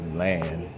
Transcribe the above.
land